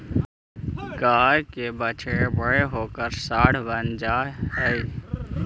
गाय के बछड़े बड़े होकर साँड बन जा हई